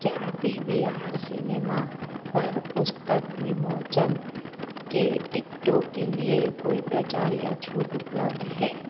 क्या P V R cinema पर पुस्तक विमोचन के टिकटों के लिए कोई प्रचार या छूट उपलब्ध है